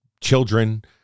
children